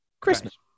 Christmas